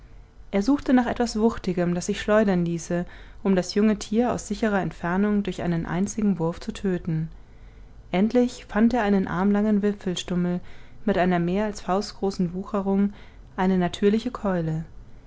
er suchte nach etwas wuchtigem das sich schleudern ließe um das junge tier aus sicherer entfernung durch einen einzigen wurf zu töten endlich fand er einen armlangen wipfelstummel mit einer mehr als faustgroßen wucherung eine natürliche keule